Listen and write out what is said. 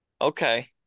Okay